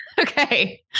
Okay